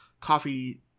coffee